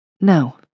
No